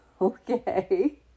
okay